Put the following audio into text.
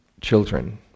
children